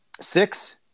Six